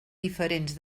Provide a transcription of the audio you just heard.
diferents